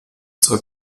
zur